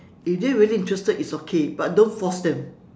you didn't really interested it's okay but don't force them